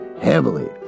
heavily